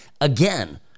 Again